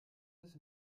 ist